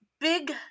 big